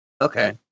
Okay